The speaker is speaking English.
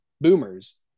boomers